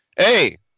Hey